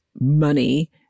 money